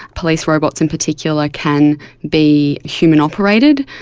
police robots in particular can be human operated,